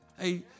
Hey